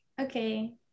okay